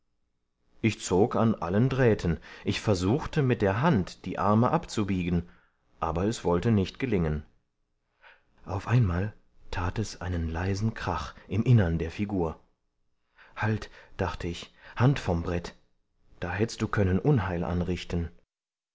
ich zog an allen drähten ich versuchte mit der hand die arme abzubiegen aber es wollte nicht gelingen auf einmal tat es einen leisen krach im innern der figur halt dachte ich hand vom brett da hättst du können unheil anrichten